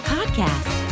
Podcast